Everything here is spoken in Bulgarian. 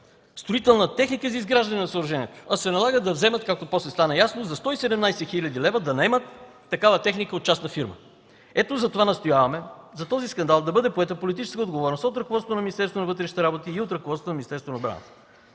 строителна техника за изграждане на съоръжението, а се налага да наемат, както после стана ясно, за 117 хил. лв. такава техника от частна фирма? Ето затова настояваме за този скандал да бъде поета политическа отговорност от ръководството на Министерството на